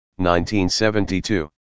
1972